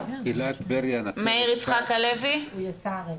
הוא יצא.